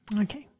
Okay